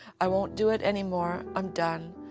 i won't do it anymore. i'm done.